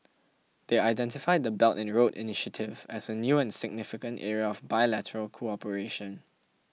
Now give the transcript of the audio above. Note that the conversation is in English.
they identified the Belt and Road initiative as a new and significant area of bilateral cooperation